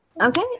Okay